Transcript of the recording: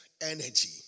energy